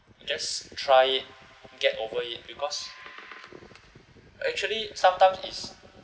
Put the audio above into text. just try it get over it because actually sometimes is